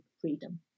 freedom